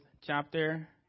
chapter